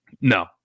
No